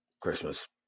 Christmas